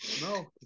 No